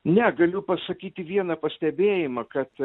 ne galiu pasakyti vieną pastebėjimą kad